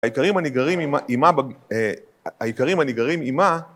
העיקרים הנגררים עימה